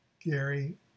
Gary